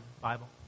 Bible